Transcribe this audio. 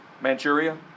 Manchuria